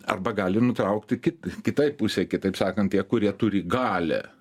arba gali nutraukti kit kitai pusei kitaip sakant tie kurie turi galią